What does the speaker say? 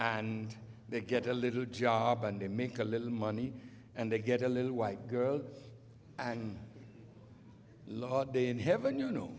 and they get a little job and they make a little money and they get a little white girl and lot day in heaven